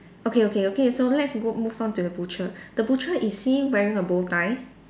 okay okay okay so let's go move on to the butcher the butcher is he wearing a bow tie